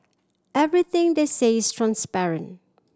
everything they say is transparent